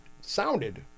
sounded